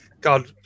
God